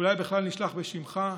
אולי בכלל נשלחה בשמך,